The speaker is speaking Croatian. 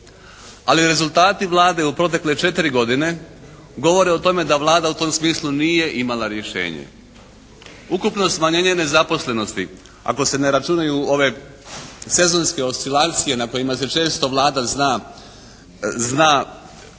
ali rezultati Vlade u protekle četiri godine govore o tome da Vlada u tom smislu nije imala rješenje. Ukupno smanjenje nezaposlenosti ako se ne računaju ove sezonske oscilacije na kojima se često Vlada zna